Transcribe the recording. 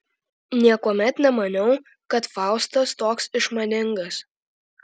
niekuomet nemaniau kad faustas toks išmaningas